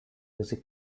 music